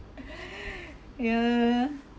yeah